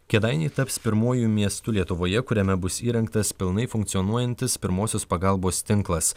kėdainiai taps pirmuoju miestu lietuvoje kuriame bus įrengtas pilnai funkcionuojantis pirmosios pagalbos tinklas